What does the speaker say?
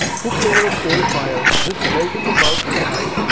cooked over a coal fire, this melt-in-the mouth mithai